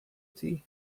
tea